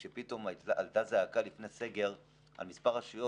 שפתאום הייתה זעקה לפני סגר על המספר הרשויות